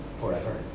forever